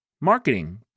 marketing